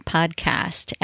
Podcast